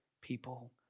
people